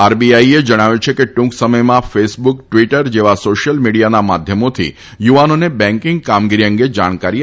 આરબીઆઈએ જણાવ્યું છે કે ટૂંક સમયમાં ફેસબુક ટ્વીટર જેવા સોશિયલ મીડિયાના માધ્યમોથી યુવાનોને બેંકીંગ કામગીરી અંગે જાણકારી આપશે